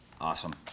Awesome